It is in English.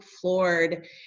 floored